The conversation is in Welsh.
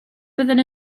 byddwn